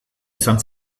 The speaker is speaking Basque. izan